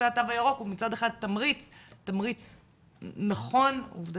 התו הירוק הוא מצד אחד תמריץ נכון עובדתית,